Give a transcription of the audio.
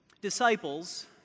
disciples